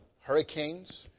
hurricanes